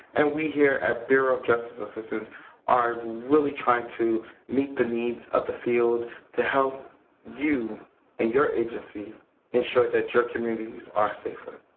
and we here at bureau of justice assistance are really trying to meet the needs of the field to help you and your agency ensure that your communities are safer.